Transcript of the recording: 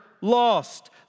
lost